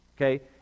Okay